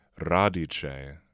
radice